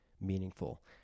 meaningful